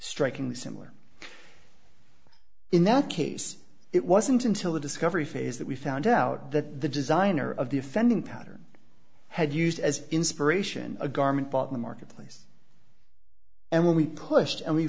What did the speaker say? strikingly similar in that case it wasn't until the discovery phase that we found out that the designer of the offending pattern had used as inspiration a garment bought in the marketplace and when we pushed and we